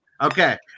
Okay